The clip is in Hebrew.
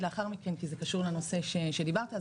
לאחר מכן כי זה קשור לנושא שעליו דיברת,